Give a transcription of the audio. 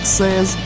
says